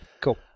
cool